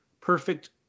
perfect